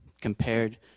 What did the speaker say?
compared